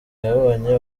yabonye